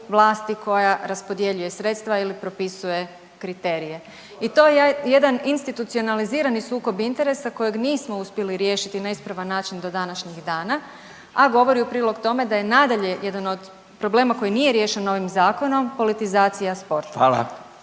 koja raspodjeljuje sredstva ili propisuje kriterije i to je jedan institucionalizirani sukob interesa kojeg nismo uspjeli riješiti na ispravan način do današnjih dana, a govori u prilog tome da je nadalje jedan od problema koji nije riješen ovim zakonom politizacija sporta. Hvala.